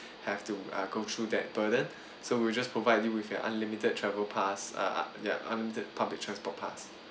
have to uh go through that burden so we'll just provide you with an unlimited travel pass uh uh ya unlimited public transport pass